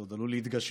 זה עוד עלול להתגשם.